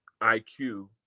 iq